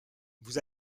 vous